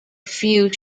few